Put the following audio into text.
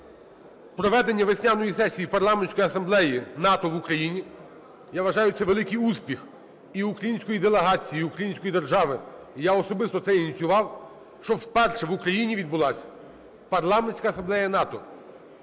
проведення весняної сесії Парламентської асамблеї НАТО в Україні. Я вважаю, це великий успіх і української делегації, і української держави. І я особисто це ініціював, щоб вперше в Україні відбулась Парламентська асамблея НАТО.